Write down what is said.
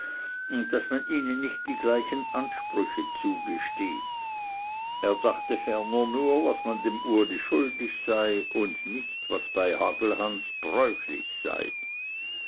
und daß man ihnen nicht die gleichen ansprüche zugesteht er dachte ferner nur was man dem uli schuldig sei und nicht was bei hagelhans bräuchlich sei